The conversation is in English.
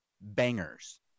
Bangers